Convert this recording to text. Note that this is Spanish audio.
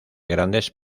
grandes